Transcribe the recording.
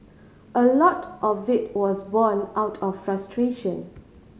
a lot of it was born out of frustration